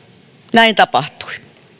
näin tapahtui